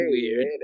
weird